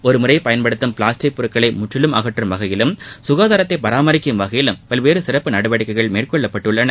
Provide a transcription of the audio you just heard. ஒருமுறை பயன்படுத்தும் பிளாஸ்டிக் பொருட்களை முற்றிலும் அகற்றும் வகையிலும் சுகாதாரத்தை பராமரிக்கும் வகையிலும் பல்வேறு சிறப்பு நடவடிக்கைகள் மேற்கொள்ளப்பட்டுள்ளன